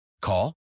Call